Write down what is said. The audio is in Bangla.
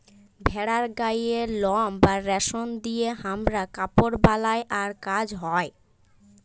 ভেড়ার গায়ের লম বা রেশম দিয়ে হামরা কাপড় বালাই আর কাজ হ্য়